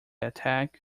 attack